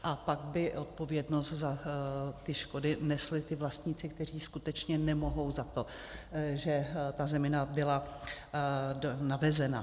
A pak by odpovědnost za ty škody nesli ti vlastníci, kteří skutečně nemohou za to, že ta zemina tam byla navezena.